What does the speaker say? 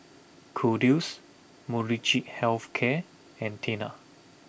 Kordel's Molnylcke Health Care and Tena